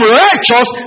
righteous